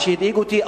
מה שהדאיג אותי,